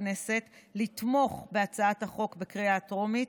הכנסת לתמוך בהצעת החוק בקריאה הטרומית,